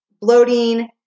bloating